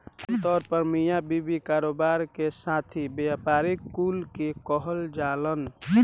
आमतौर पर मिया बीवी, कारोबार के साथी, व्यापारी कुल के कहल जालन